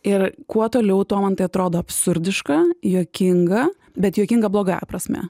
ir kuo toliau tuo man tai atrodo absurdiška juokinga bet juokinga blogąja prasme